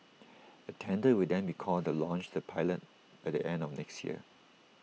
A tender will then be called to launch the pilot by the end of next year